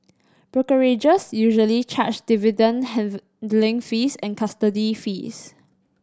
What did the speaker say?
brokerages usually charge dividend handling fees and custody fees